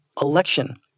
election